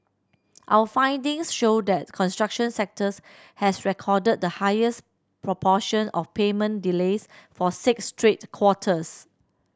our findings show that the construction sectors has recorded the highest proportion of payment delays for six straight quarters